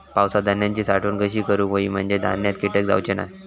पावसात धान्यांची साठवण कशी करूक होई म्हंजे धान्यात कीटक जाउचे नाय?